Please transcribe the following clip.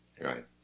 Right